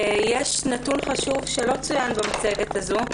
יש נתון חשוב שלא צוין במצגת הזו,